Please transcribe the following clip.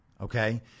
Okay